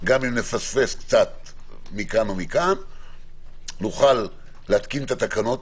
גם אם נפספס קצת מכאן ומכאן - נוכל להתקין את התקנות